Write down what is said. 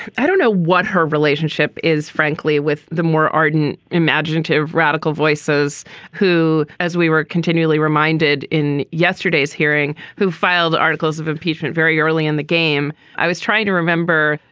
i don't know what her relationship is, frankly, with the more ardent, imaginative, radical voices who, as we were continually reminded in yesterday's hearing, who filed articles of impeachment very early in the game, i was trying to remember,